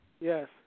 Yes